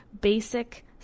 basic